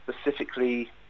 specifically